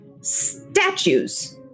statues